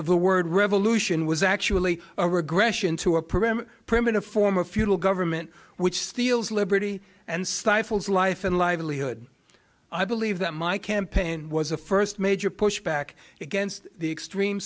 of the word revolution was actually a regression to a program primitive form of feudal government which steals liberty and stifles life and livelihood i believe that my campaign was the first major pushback against the extreme